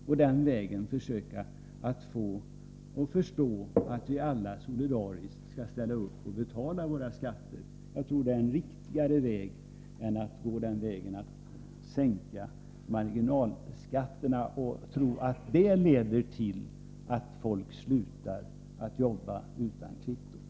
Det är den vägen som vi skall försöka få alla att förstå att det gäller att solidariskt ställa upp och betala sin skatt. Jag tror att det är riktigare att gå den vägen än att sänka marginalskatterna. Man skall inte tro att det leder till att människor slutar jobba utan kvitto.